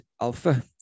alpha